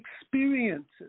experiences